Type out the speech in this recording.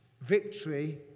Victory